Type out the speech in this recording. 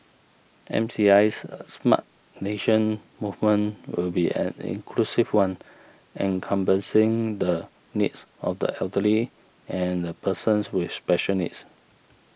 MCI's a Smart Nation movement will be an inclusive one encompassing the needs of the elderly and the persons with special needs